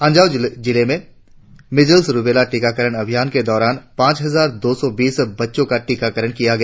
अंजाव जिले में measles rubella टीकाकरण अभियान के दौरान पांच हजार दो सौ बीस बच्चों का टीकाकरण किया गया